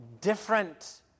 different